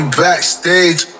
backstage